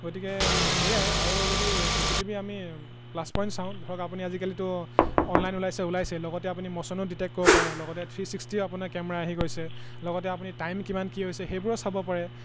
গতিকে সেয়াই আৰু যদি চি চি টি ভি আমি প্লাছ পইণ্ট চাওঁ ধৰক আপুনি আজিকালিতো অনলাইন ওলাইছে ওলাইছেই লগতে আপুনি ম'শ্বনো ডিটেক্ট কৰিব পাৰে লগতে থ্ৰী ছিক্সটিও আপোনাৰ কেমেৰা আহি গৈছে লগতে আপুনি টাইম কিমান কি হৈছে সেইবোৰো চাব পাৰে